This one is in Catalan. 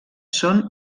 són